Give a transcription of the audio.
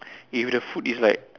if the food is like